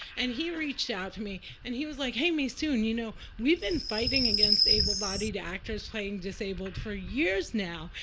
and he reached out to me. and he was like, hey, maysoon, you know we've been fighting against able-bodied actors playing disabled for years now.